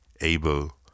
able